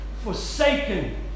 forsaken